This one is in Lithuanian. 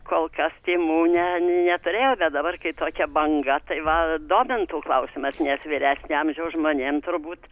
kol kas tymų ne neturėjau bet dabar kai tokia banga tai va domintų klausimas nes vyresnio amžiaus žmonėm turbūt